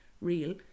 real